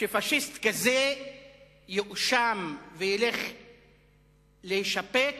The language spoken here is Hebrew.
שפאשיסט כזה יואשם וילך להישפט